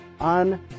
on